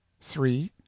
three